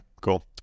cool